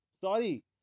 Sorry